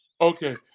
Okay